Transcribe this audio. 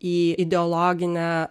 į ideologinę